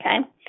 Okay